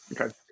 Okay